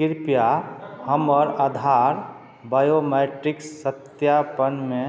कृपया हमर आधार बायोमेट्रिक्स सत्यापनमे